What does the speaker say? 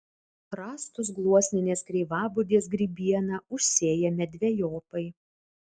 rąstus gluosninės kreivabudės grybiena užsėjame dvejopai